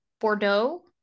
Bordeaux